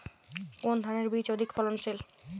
কোন ধানের বীজ অধিক ফলনশীল?